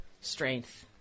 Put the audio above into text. strength